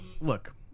look